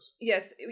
Yes